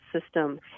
system